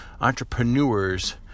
entrepreneurs